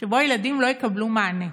שבו ילדים לא יקבלו מענה.